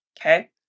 Okay